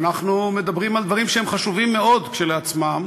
ואנחנו מדברים על דברים שהם חשובים מאוד כשלעצמם,